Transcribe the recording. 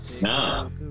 No